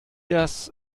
das